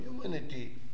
humanity